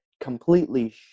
completely